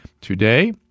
today